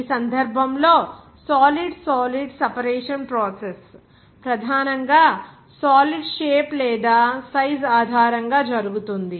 ఈ సందర్భంలో solid solid separation process ప్రధానంగా సాలిడ్ షేప్ లేదా సైజ్ ఆధారంగా జరుగుతుంది